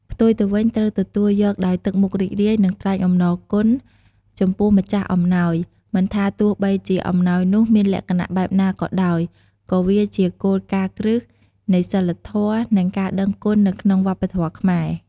ផ្ទុយទៅវិញ ត្រូវទទួលយកដោយទឹកមុខរីករាយ និងថ្លែងអំណរគុណចំពោះម្ចាស់អំណោយ មិនថាទោះបីជាអំណោយនោះមានលក្ខណៈបែបណាក៏ដោយ ក៏វាជាគោលការណ៍គ្រឹះនៃសីលធម៌ និងការដឹងគុណនៅក្នុងវប្បធម៌ខ្មែរ។